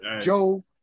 Joe